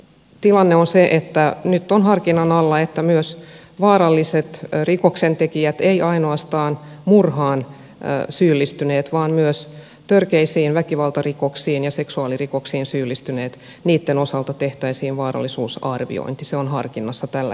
tilanne on se että nyt on harkinnan alla se että myös vaarallisten rikoksentekijöiden ei ainoastaan murhaan syyllistyneiden vaan myös törkeisiin väkivaltarikoksiin ja seksuaalirikoksiin syyllistyneiden osalta tehtäisiin vaarallisuusarviointi se on harkinnassa tällä hetkellä